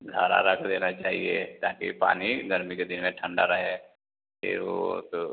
घरा रख देना चाहिए ताकि पानी गर्मी के दिन में ठंडा रहे फिर वह तो